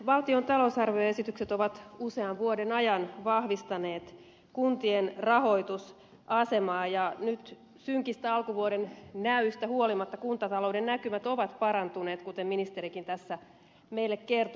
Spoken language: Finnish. valtion talousarvioesitykset ovat usean vuoden ajan vahvistaneet kuntien rahoitusasemaa ja nyt synkistä alkuvuoden näyistä huolimatta kuntatalouden näkymät ovat parantuneet kuten ministerikin tässä meille kertoi